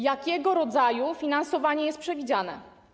Jakiego rodzaju finansowanie jest przewidziane?